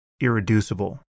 irreducible